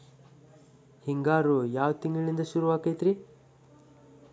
ಹಿಂಗಾರು ಯಾವ ತಿಂಗಳಿನಿಂದ ಶುರುವಾಗತೈತಿ?